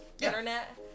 internet